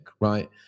right